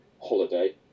Holiday